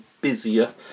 busier